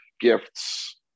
gifts